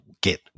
get